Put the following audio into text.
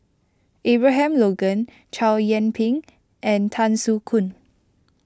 Abraham Logan Chow Yian Ping and Tan Soo Khoon